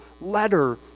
letter